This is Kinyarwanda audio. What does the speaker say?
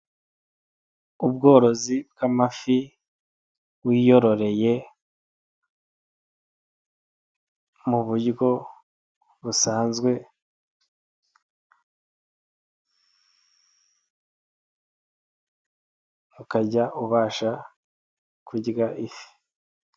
Ubworozi bw'amafi wiyororeye mu buryo busanzwe ukajya ubasha kurya ifi.